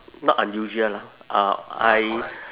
not unusual lah uh I